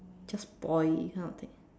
just boil this kind of thing